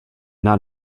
not